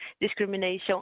discrimination